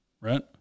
Right